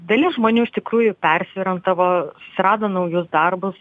dalis žmonių iš tikrųjų persiorientavo susirado naujus darbus